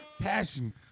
Passion